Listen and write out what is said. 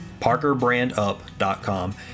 parkerbrandup.com